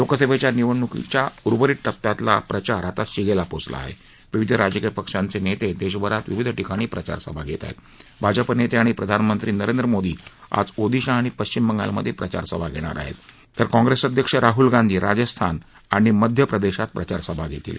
लोकसभा निवडणुकीला उर्वरित टप्प्यातला प्रचार आता शिगद्धी पोचला आहा विविध राजकीय पक्षांचतित्ता विधाभरात ठिकठिकाणी प्रचारसभा घत्त आहत भाजपा नस्त आणि प्रधानमंत्री नरेंद्र मोदी आज ओदिशा आणि पश्विम बंगामध वारसभा घत्त आहत काँग्रस्त अध्यक्ष राहूल गांधी राजस्थान आणि मध्य प्रदधीत प्रचारसभा घरीील